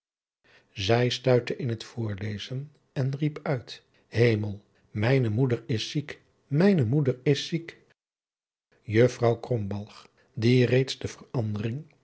zij stuitte in het voortlezen en riep uit hemel mijne moeder is ziek mijne moeder is ziek juffrouw krombalg die reeds de verandering